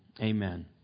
amen